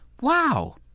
wow